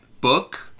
book